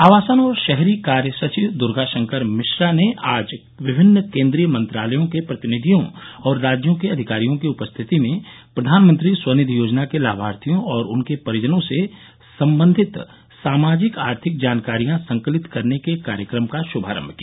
आवासन और शहरी कार्य सचिव दर्गा शंकर मिश्रा ने आज विभिन्न केंद्रीय मंत्रालयों के प्रतिनिधियों और राज्यों के अधिकारियों की उपस्थिति में प्रधानमंत्री स्वनिधि योजना के लाभार्थियों और उनके परिजनों से संबंधित सामाजिक आर्थिक जानकारियां संकलित करने के एक कार्यक्रम का शुभारंभ किया